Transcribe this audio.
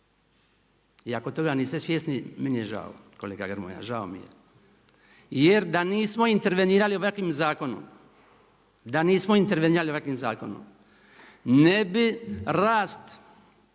I ako toga niste svjesni meni je žao, kolega Grmoja žao mi je jer da nismo intervenirali ovakvim zakonom ne bi rast industrije bio 5,2%, ne bi rast